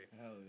Hell